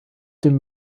dem